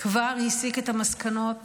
כבר הסיק את המסקנות